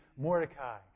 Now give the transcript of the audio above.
Mordecai